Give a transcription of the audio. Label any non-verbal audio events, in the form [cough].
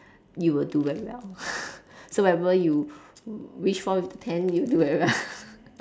you will do very well [laughs] so whenever you wish for with the pen you'll do very well [laughs]